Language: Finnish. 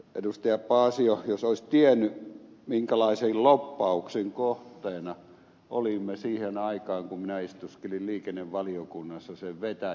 paasio vain olisi tiennyt minkälaisen lobbauksen kohteena olimme siihen aikaan kun minä istuskelin liikennevaliokunnassa sen vetäjänä